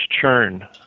churn